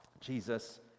jesus